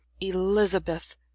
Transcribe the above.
elizabeth